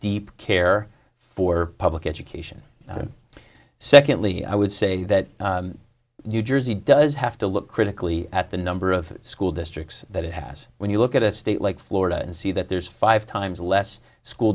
deep care for public education secondly i would say that new jersey does have to look critically at the number of school districts that it has when you look at a state like florida and see that there's five times less school